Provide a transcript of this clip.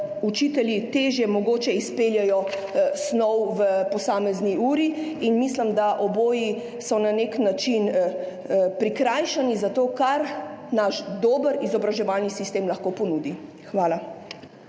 učitelji mogoče težje izpeljejo snov v posamezni uri, in mislim, da so oboji na nek način prikrajšani za to, kar naš dober izobraževalni sistem lahko ponudi. Hvala.